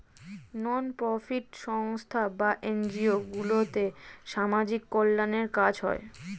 নন profit সংস্থা বা NGO গুলোতে সামাজিক কল্যাণের কাজ হয়